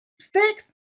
sticks